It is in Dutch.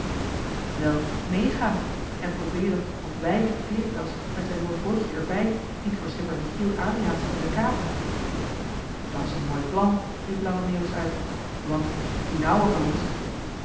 wel méégaan en probeeren of wij veritas met zijn mooi bootje er bij niet voor schipper michiel adriaensen kunnen kapen dat's een mooi plan riep lange meeuwis uit want dien ouwe van ons